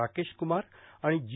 राकेश कुमार आणि जी